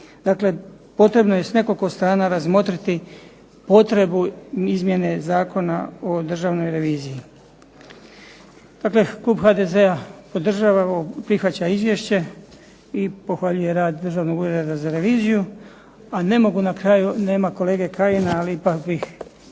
Dakle, potrebno je s nekoliko strana razmotriti potrebu izmjene Zakona o državnoj reviziji. Dakle, klub HDZ-a podržava, prihvaća izvješće i pohvaljuje rad Državnog ureda za reviziju a ne mogu na kraju, nema kolege Kajina ali ipak bih